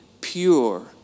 pure